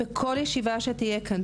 בכל ישיבה שתהיה כאן,